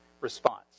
response